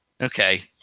okay